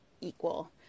equal